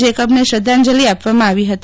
Jacob ને શ્રધાંજલિ આપવામાં આવી હતી